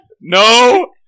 No